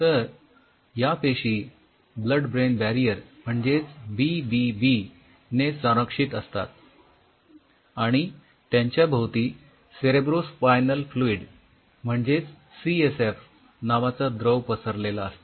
तर या पेशी ब्लड ब्रेन बॅरियर म्हणजेच बीबीबी ने संरंक्षित असतात आणि त्यांच्या भोवती सेरेब्रो स्पायनल फ्लुइड म्हणजेच सीएसएफ नावाचा द्रव पदार्थ पसरलेला असतो